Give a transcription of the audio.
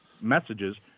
messages